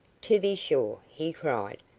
to be sure, he cried.